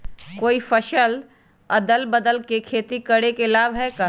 कोई फसल अदल बदल कर के खेती करे से लाभ है का?